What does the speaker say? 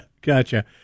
Gotcha